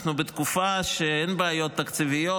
אנחנו בתקופה שאין בעיות תקציביות,